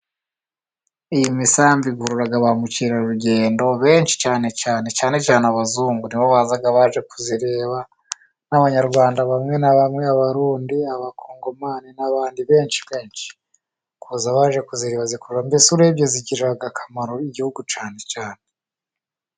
Iyi misambi ikura ba mukerarugendo benshi cyane cyane cyane cyane abazungu ni bo baza baje kuyireba, nk'Abanyarwanda bamwe na bamwe ,Abarundi Abakongomani n'abandi benshi benshi kuza baje kuzireba, mbese urebye igirira akamaro igihugu cyane cyane.